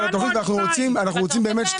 קבענו עד 14:00. אנחנו רוצים שתהיה